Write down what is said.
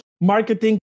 marketing